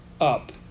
up